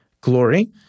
glory